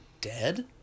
dead